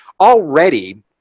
Already